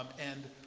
um and